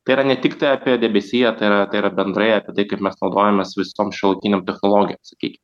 tai yra ne tik apie debesiją tai yra tai yra bendrai apie tai kaip mes naudojamės visom šalutinėm technologijom sakykim